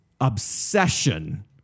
obsession